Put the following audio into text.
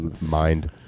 mind